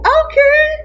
okay